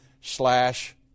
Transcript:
slash